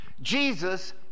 Jesus